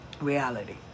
reality